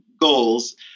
goals